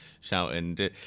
shouting